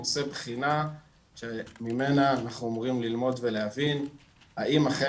הוא עושה בחינה שממנה אנחנו אמורים ללמוד ולהבין האם אכן